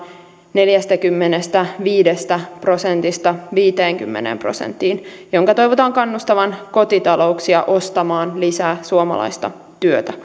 neljästäkymmenestäviidestä prosentista viiteenkymmeneen prosenttiin minkä toivotaan kannustavan kotitalouksia ostamaan lisää suomalaista